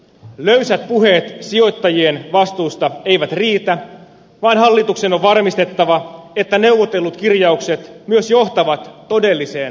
löysät puheet sijoittajien vastuusta eivät riitä vaan hallituksen on varmistettava että neuvotellut kirjaukset myös johtavat todelliseen vastuuseen